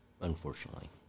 unfortunately